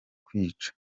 kwica